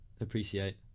appreciate